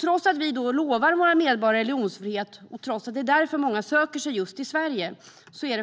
Trots att vi lovar våra medborgare religionsfrihet och trots att det är därför många söker sig just till Sverige är